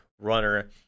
runner